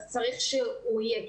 אז צריך שהוא יהיה,